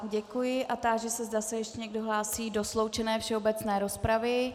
Děkuji a táži se, zda se ještě někdo hlásí do sloučené všeobecné rozpravy.